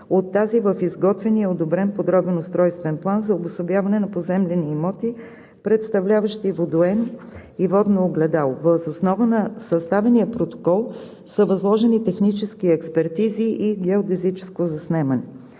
от тази в изготвения и одобрен Подробен устройствен план за обособяване на поземлени имоти, представляващи водоем и водно огледало. Въз основа на съставения протокол са възложени технически експертизи и геодезическо заснемане.